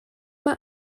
mae